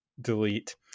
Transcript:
delete